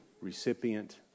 recipient